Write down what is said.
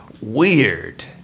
Weird